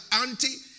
auntie